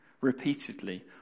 Repeatedly